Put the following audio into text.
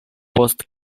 post